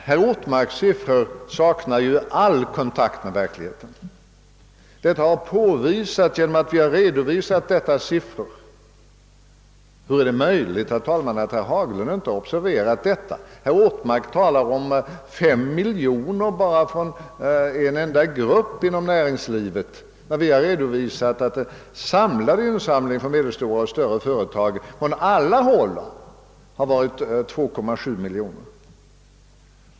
Åke Ortmarks siffror saknar, såsom framgår av dessa uppgifter, all kontakt med verkligheten. Hur är det möjligt att herr Haglund kunnat undgå att observera detta? åke Ortmark talar om bidrag på 5 miljoner bara från en enda grupp inom näringslivet, när vi har redovisat att totalbeloppet för insamlingar från medelstora och större företag — från alla håll — var 2,7 miljoner.